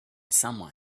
someone